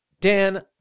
Dan